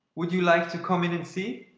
would you like to come in and see?